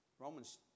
Romans